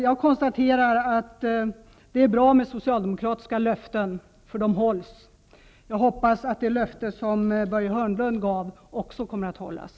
Jag konstaterar att det är bra med socialdemokratiska löften, därför att de hålls. Jag hoppas att det löfte som Börje Hörnlund gav också kommer att hållas.